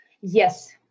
Yes